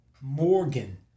Morgan